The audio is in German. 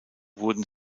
wurden